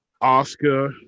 Oscar